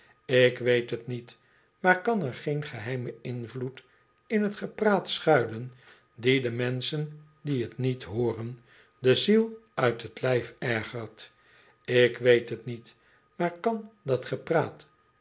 ik weet het niet maar kan er geen geheime invloed in t gepraat schuilen die de menschen die t niet hooren de ziel uit t lijf ergert ik weet t niet maar kan dat gepraat